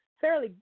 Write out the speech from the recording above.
fairly